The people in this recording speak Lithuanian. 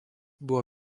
buvo